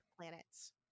planets